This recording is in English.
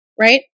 right